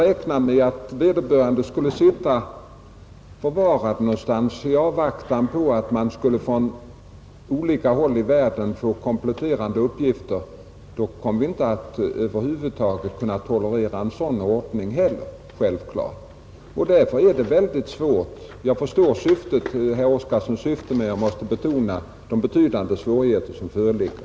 Om de i stället skulle sitta förvarade någonstans i avvaktan på att vi från olika håll i världen skulle få in kompletterande uppgifter om dem, så skulle vi självklart få en ordning som vi inte kunde tolerera. Jag förstår herr Oskarsons syfte i detta fall men måste betona de betydande svårigheter som föreligger.